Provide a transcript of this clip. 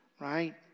right